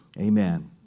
Amen